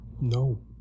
No